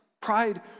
Pride